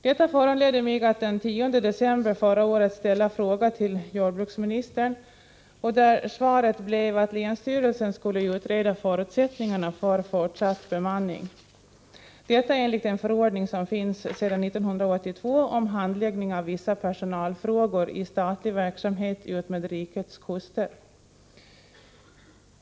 Detta föranledde mig att den 10 december förra året ställa en fråga till jordbruksministern, och svaret blev att länsstyrelsen skulle utreda förutsättningarna för fortsatt bemanning. Detta skulle ske enligt en förordning som finns sedan 1982 om handläggning av vissa personalfrågor rörande personal i statlig verksamhet utmed rikets kuster.